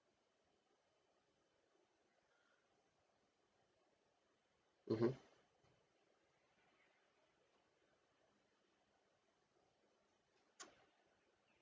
mmhmm